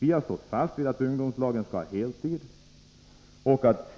Vi har stått fast vid att ungdomslagen skall ha heltid och att